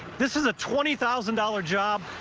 this is a twenty thousand dollars job.